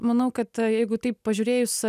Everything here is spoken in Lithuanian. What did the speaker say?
manau kad jeigu taip pažiūrėjus